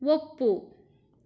ಒಪ್ಪು